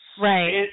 Right